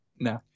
no